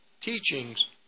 teachings